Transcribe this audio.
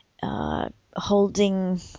holding